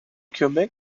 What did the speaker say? quebec